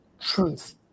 truth